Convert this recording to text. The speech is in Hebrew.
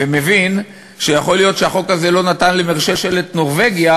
ומבין שיכול להיות שהחוק הזה לא נתן לממשלת נורבגיה,